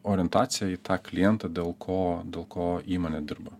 orientacija į tą klientą dėl ko dėl ko įmonė dirba